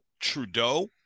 Trudeau